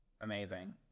Amazing